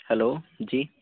hello جی